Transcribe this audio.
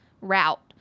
route